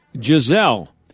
Giselle